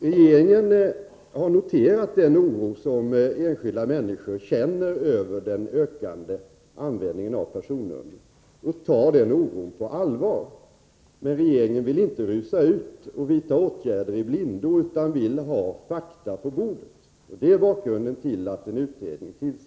Regeringen har noterat den oro som enskilda människor känner över den ökande användningen av personnummer, och vi tar den oron på allvar. Men regeringen vill inte rusa i väg och vidta åtgärder i blindo, utan vill ha fakta på bordet. Det är bakgrunden till att en utredning tillsätts.